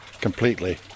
completely